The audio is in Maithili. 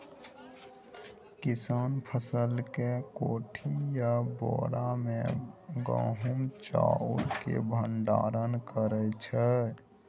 किसान फसल केँ कोठी या बोरा मे गहुम चाउर केँ भंडारण करै छै